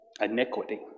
iniquity